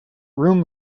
room